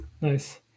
Nice